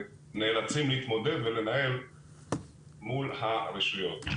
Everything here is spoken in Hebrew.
נאלצים להתמודד ולנהל מול הרשויות.